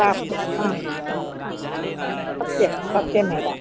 प्राप्तुं सत्यं सत्यमेव